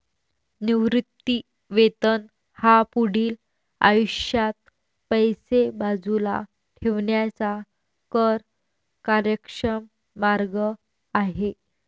निवृत्ती वेतन हा पुढील आयुष्यात पैसे बाजूला ठेवण्याचा कर कार्यक्षम मार्ग आहे